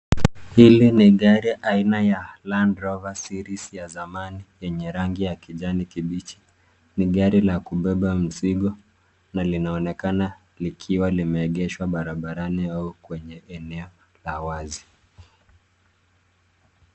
Hili ni gari aina ya Landrover Series ya zamani yenye rangi ya kijani kibichi. Ni gari la kubeba mzigo na linaonekana likiwa limeegeshwa barabarani au kwenye eneo la wazi.